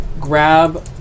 grab